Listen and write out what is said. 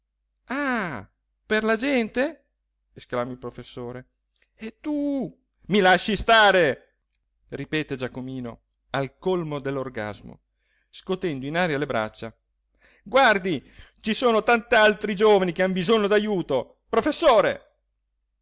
ah per la gente esclama il professore e tu i lasci stare ripete giacomino al colmo dell'orgasmo scotendo in aria le braccia guardi ci sono tant'altri giovani che han bisogno d'ajuto professore